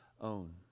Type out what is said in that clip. own